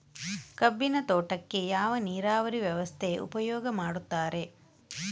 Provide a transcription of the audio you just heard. ಕಬ್ಬಿನ ತೋಟಕ್ಕೆ ಯಾವ ನೀರಾವರಿ ವ್ಯವಸ್ಥೆ ಉಪಯೋಗ ಮಾಡುತ್ತಾರೆ?